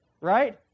Right